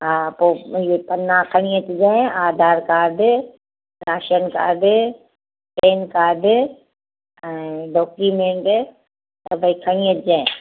हा पोइ इहे पन्ना खणी अचिजांइ Aadhaar card ration card PAN card ऐं डोक्युमेंट सभेई खणी अचिजांइ